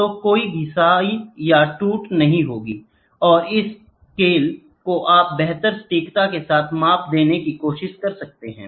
तो कोई घिसाई और टूट नहीं है और स्केल आप को बेहतरीन सटीकता के साथ माप देने की कोशिश करता हैं